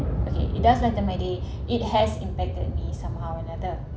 okay it does lightened my day it has impacted me somehow or another